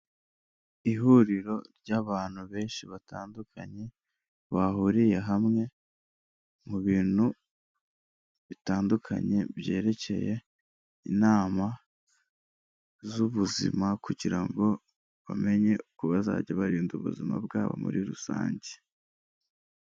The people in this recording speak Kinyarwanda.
Ihuriro ry'abantu benshi batandukanye, bahuriye hamwe mu bintu bitandukanye byerekeye inama z'ubuzima kugira ngo bamenye uko bazajya barinda ubuzima bwabo muri rusange.